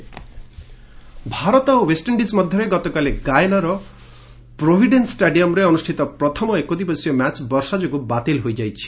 cricket India Bharat ଓ West Indies ମଧ୍ୟରେ ଗତକାଲି ଗାଏନାର ପ୍ରୋଭିଡେନ୍ବ ଷ୍ଟାଡିୟମ୍ରେ ଅନୁଷ୍ଠିତ ପ୍ରଥମ ଏକଦିବସୀୟ ମ୍ୟାଚ୍ ବର୍ଷା ଯୋଗୁଁ ବାତିଲ୍ ହୋଇଯାଇଛି